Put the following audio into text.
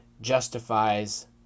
justifies